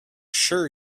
sure